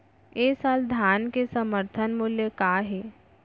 ए साल धान के समर्थन मूल्य का हे?